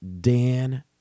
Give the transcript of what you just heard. Dan